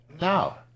No